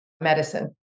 medicine